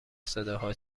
صداها